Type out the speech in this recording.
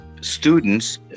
students